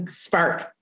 spark